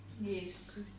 Yes